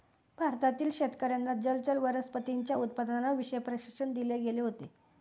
भारतातील शेतकर्यांना जलचर वनस्पतींच्या उत्पादनाविषयी प्रशिक्षण दिले गेले होते